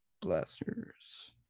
Blasters